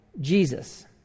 Jesus